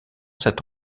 cet